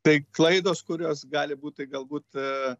tai klaidos kurios gali būt tai galbūt